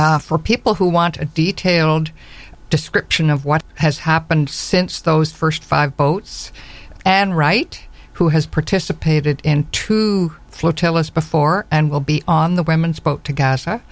for people who want a detailed description of what has happened since those first five boats and right who has participated in true tell us before and will be on the women's boat to g